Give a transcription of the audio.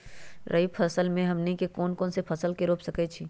रबी फसल में हमनी के कौन कौन से फसल रूप सकैछि?